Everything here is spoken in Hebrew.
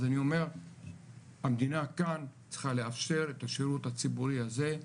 אז אני אומר המדינה כאן צריכה לאפשר את השירות הציבורי הזה,